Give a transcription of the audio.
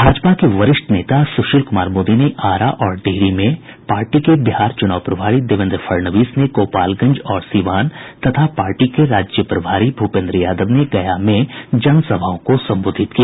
भाजपा के वरिष्ठ नेता सुशील कुमार मोदी ने आरा और डिहरी में पार्टी के बिहार चुनाव प्रभारी देवेन्द्र फडणवीस ने गोपालगंज और सीवान तथा पार्टी के राज्य प्रभारी भूपेन्द्र यादव ने गया में जन सभाओं को संबोधित किया